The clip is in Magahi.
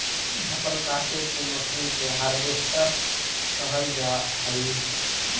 फसल काटे के मशीन के हार्वेस्टर कहल जा हई